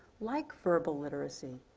like verbal literacy,